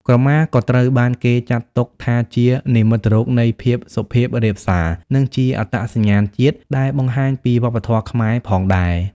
ក្រមាក៏ត្រូវបានគេចាត់ទុកថាជា និមិត្តរូបនៃភាពសុភាពរាបសារ និងជា អត្តសញ្ញាណជាតិ ដែលបង្ហាញពីវប្បធម៌ខ្មែរផងដែរ។